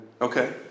Okay